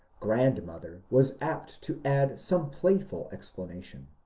grandmother was apt to add some playful explanation.